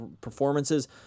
performances